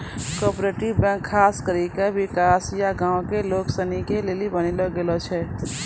cooperative bank खास करी के किसान या गांव के लोग सनी के लेली बनैलो गेलो छै